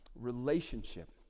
relationship